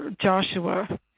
Joshua